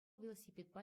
велосипедпа